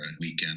weekend